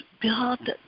build